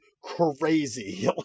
crazy